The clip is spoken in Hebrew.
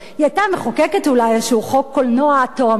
היא היתה מחוקקת אולי איזשהו חוק קולנוע תועמלני,